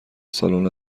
سالن